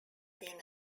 been